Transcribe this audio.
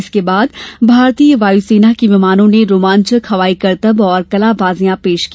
इसके बाद भारतीय वायुसेना के विमानों ने रोमांचक हवाई करतब और कलाबाजियां पेश की